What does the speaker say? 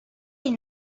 they